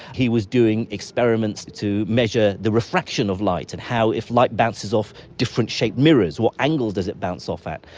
he was doing experiments to measure the refraction of light and how if light bounces off different shaped mirrors what angles doesn't bounce off at.